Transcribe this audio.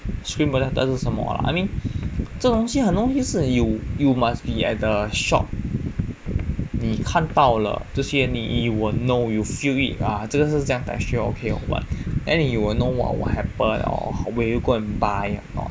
screen protector 还是什么 lah I mean 这种东西很容易是 you you must be at the shop 你看到了这些你 you will know you feel 啊这个是这样 texture okay or what you will know what will happen or will you go and buy